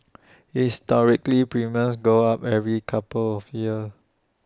historically premiums go up every couple of years